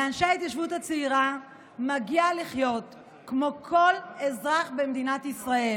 לאנשי ההתיישבות הצעירה מגיע לחיות כמו כל אזרח במדינת ישראל,